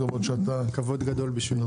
כבוד גדול בשבילי.